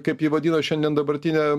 kaip jį vadino šiandien dabartinė